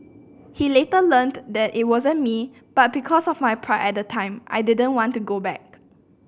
he later learned that it wasn't me but because of my pride at the time I didn't want to go back